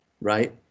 right